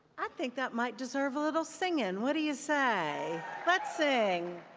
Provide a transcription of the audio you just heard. i think that might deserve a little singing. what do you say? let's sing.